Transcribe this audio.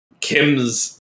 kim's